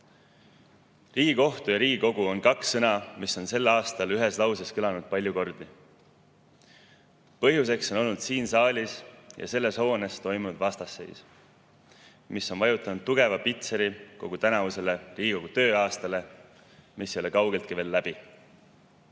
Riigikohus ja Riigikogu on kaks sõna, mis on sel aastal ühes lauses kõlanud palju kordi. Põhjuseks on olnud siin saalis ja selles hoones [tekkinud] vastasseis, mis on vajutanud tugeva pitseri kogu tänavusele Riigikogu tööaastale, mis ei ole kaugeltki veel läbi.